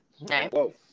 Whoa